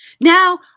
Now